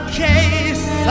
case